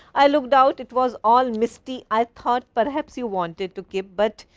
i looked out it was all misty i thought perhaps you wanted to keep but,